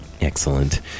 Excellent